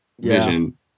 vision